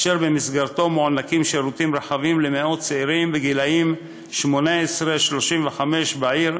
אשר במסגרתו מוענקים שירותים רחבים למאות צעירים גילאי 18 35 בעיר,